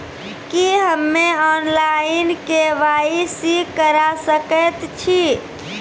की हम्मे online, KYC करा सकैत छी?